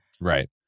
right